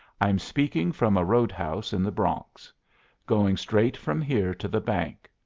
i'm speaking from a roadhouse in the bronx going straight from here to the bank.